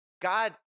God